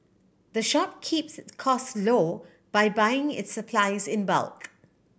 the shop keeps its cost low by buying its supplies in bulk